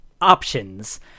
options